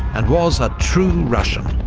and was a true russian,